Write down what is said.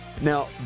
Now